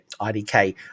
IDK